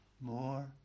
more